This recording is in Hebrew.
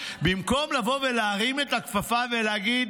במקום לבוא ולהרים את הכפפה ולהגיד: